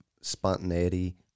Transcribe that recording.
spontaneity